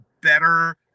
better